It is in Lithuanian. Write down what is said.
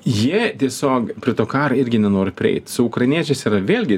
jie tiesiog prie to karo irgi nenori prieit su ukrainiečiais yra vėlgi